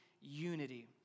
unity